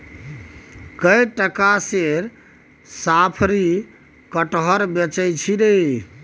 कए टका सेर साफरी कटहर बेचय छी रे